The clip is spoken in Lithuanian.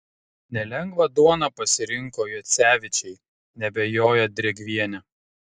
nelengvą duoną pasirinko jocevičiai neabejoja drėgvienė